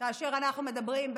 כאשר אנחנו מדברים,